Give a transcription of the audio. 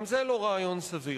גם זה לא רעיון סביר.